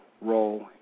role